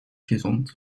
gezond